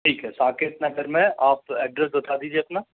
ठीक है साकेत नगर में आप एड्रेस बता दीजिए अपना